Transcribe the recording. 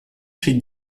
chez